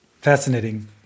Fascinating